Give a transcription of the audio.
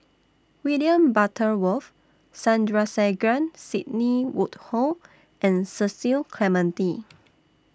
William Butterworth Sandrasegaran Sidney Woodhull and Cecil Clementi